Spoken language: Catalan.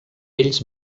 ells